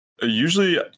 Usually